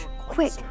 quick